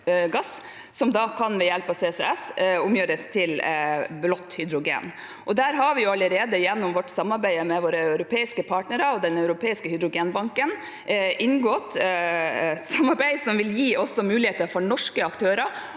som ved hjelp av CCS kan omgjøres til blått hydrogen. Vi har allerede, gjennom vårt samarbeid med våre europeiske partnere og Den europeiske hydrogenbanken, inngått et samarbeid som vil gi muligheter også for norske aktører